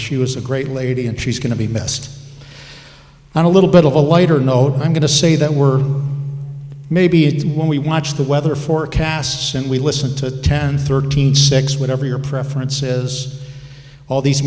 she was a great lady and she's going to be missed and a little bit of a lighter note i'm going to say that we're maybe it is when we watch the weather forecasts and we listen to ten thirteen six whatever your preference is all these